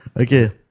Okay